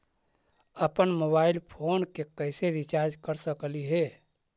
अप्पन mobile phone के कैसे रिचार्ज कर सकली हे?